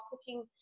cooking